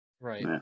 Right